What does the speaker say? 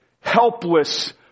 helpless